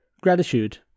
gratitude